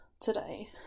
today